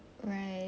right